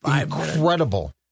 incredible